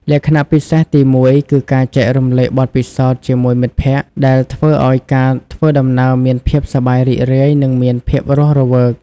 លក្ខណៈពិសេសទីមួយគឺការចែករំលែកបទពិសោធន៍ជាមួយមិត្តភក្តិ ដែលធ្វើឱ្យការធ្វើដំណើរមានភាពសប្បាយរីករាយនិងមានភាពរស់រវើក។